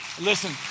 listen